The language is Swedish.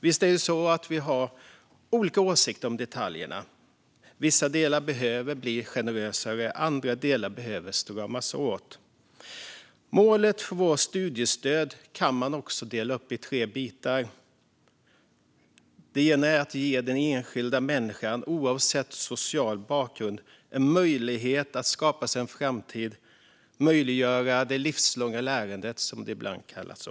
Visst är det så att vi har olika åsikter om detaljerna; vissa delar behöver bli generösare, och andra delar behöver stramas åt. Målet för vårt studiestöd kan man också dela upp i tre bitar: Det ena är att ge den enskilda människan, oavsett social bakgrund, en möjlighet att skapa sig en framtid, att möjliggöra det livslånga lärandet som det ibland också kallas.